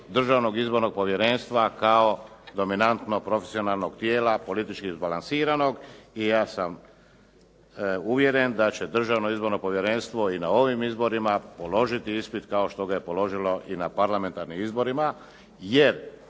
Državnog izbornog povjerenstva kao dominantnog profesionalnog tijela politički izbalansiranog i ja sam uvjeren da će Državno izborno povjerenstvo i na ovim izborima položiti ispit kao što ga je položilo i na parlamentarnim izborima, jer